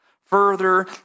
further